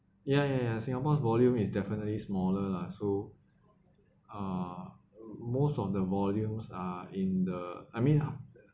ya ya ya singapore's volume is definitely smaller lah so uh most of the volumes are in the I mean ah